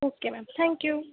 okay ma'am thank you